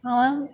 आम्